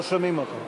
לא שומעים אותו.